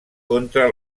contra